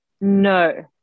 No